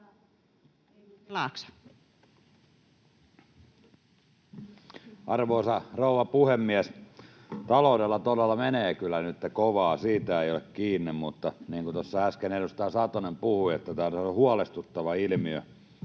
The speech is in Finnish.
Arvoisa rouva puhemies! Taloudella todella menee kyllä nytten kovaa, siitä ei ole kiinni, mutta niin kuin tuossa äsken edustaja Satonen puhui, tällainen huolestuttava ilmiö